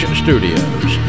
studios